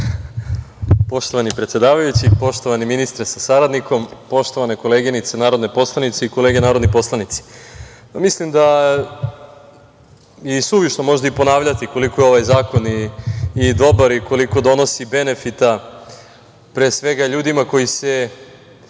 Poštovani predsedavajući, poštovani ministre sa saradnikom, poštovane koleginice narodne poslanice i kolege narodni poslanici, mislim da je i suvišno možda ponavljati koliko je ovaj zakon dobar i koliko donosi benefita pre svega ljudima koji se